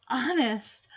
honest